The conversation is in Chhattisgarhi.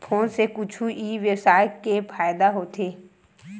फोन से कुछु ई व्यवसाय हे फ़ायदा होथे?